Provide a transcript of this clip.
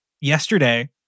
yesterday